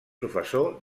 professor